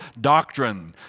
doctrine